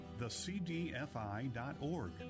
thecdfi.org